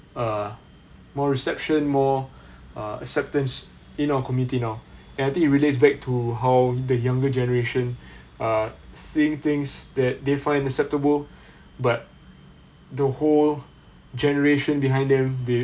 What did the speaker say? uh more reception more uh acceptance in our community now and I think it relates back to how the younger generation are seeing things that they find acceptable but the whole generation behind them they